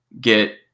get